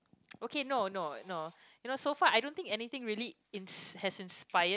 okay no no no you know so far I don't think anything really is has inspired